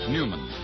Newman